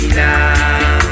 now